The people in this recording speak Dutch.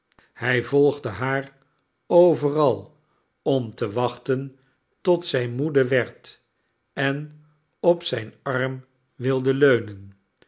hij volgde haar overal om te wachten tot zij moede word en op zijn arm wilde leunen